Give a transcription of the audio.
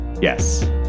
Yes